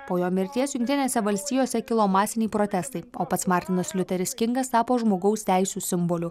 po jo mirties jungtinėse valstijose kilo masiniai protestai o pats martinas liuteris kingas tapo žmogaus teisių simboliu